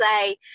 say